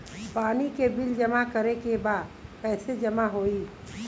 पानी के बिल जमा करे के बा कैसे जमा होई?